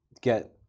get